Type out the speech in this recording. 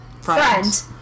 friend